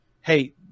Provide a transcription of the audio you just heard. hey